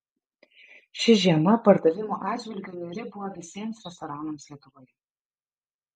ši žiema pardavimų atžvilgiu niūri buvo visiems restoranams lietuvoje